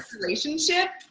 relationship.